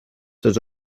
tots